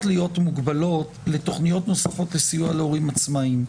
להיות מוגבלות לתוכניות נוספות לסיוע להורים עצמאיים.